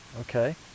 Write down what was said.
Okay